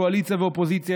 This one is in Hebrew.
קואליציה ואופוזיציה,